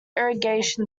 irrigation